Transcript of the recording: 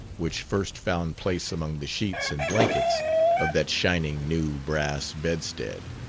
which first found place among the sheets and blankets of that shining new brass bedstead.